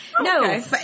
No